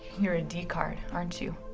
you're a decard, aren't you.